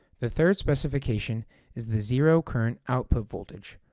the third specification is the zero-current output voltage,